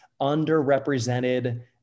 underrepresented